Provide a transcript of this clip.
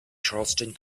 charleston